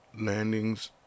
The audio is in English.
landings